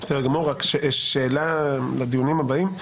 שאלה לדיונים הבאים,